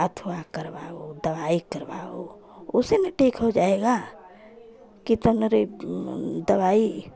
अथवा करवाओ दवाई करवाओ उसी में ठीक हो जाएगा हाँ किचन मेरे ऊ दवाई